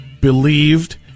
believed